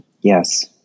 Yes